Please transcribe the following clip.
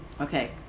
Okay